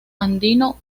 andino